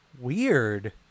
Weird